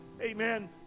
Amen